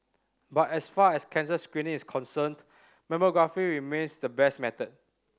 but as far as cancer screening is concerned mammography remains the best method